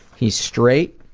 he's straight,